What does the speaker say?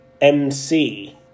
MC